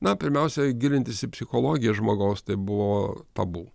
na pirmiausia gilintis į psichologiją žmogaus tai buvo tabu